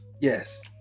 yes